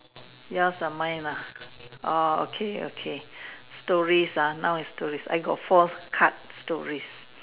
yours or mine ah oh okay okay stories ah now is stories I have four card stories